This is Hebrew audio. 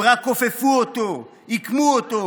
הם רק כופפו אותו, עיקמו אותו,